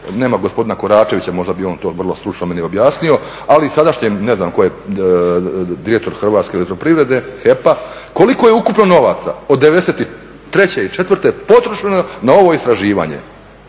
nema gospodina Koračevića možda bi on to vrlo stručno meni objasnio, ali sadašnjem ne znam tko je direktor Hrvatske elektroprivrede, HEP-a koliko je ukupno novaca od '93., '94.potrošeno na ovo istraživanje